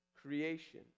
creation